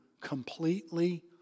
completely